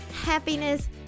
happiness